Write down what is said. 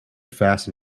fasten